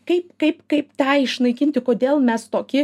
kaip kaip kaip tą išnaikinti kodėl mes toki